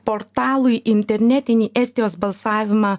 portalui internetinį estijos balsavimą